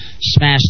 smashed